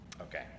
Okay